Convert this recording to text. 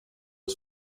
his